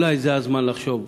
אולי זה הזמן לחשוב,